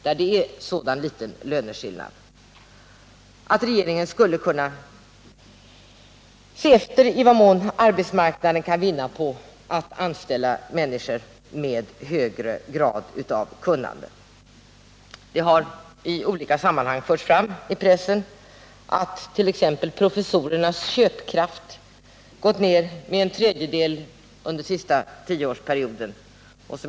Det är så liten löneskillnad att regeringen skulle kunna se efter i vad mån arbetsmarknaden kan vinna på att anställa människor med högre grad av kunnande. Det har i olika sammanhang förts fram i pressen att t.ex. professorernas köpkraft gått ned med en tredjedel under den senaste tioårsperioden.